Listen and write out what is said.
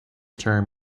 term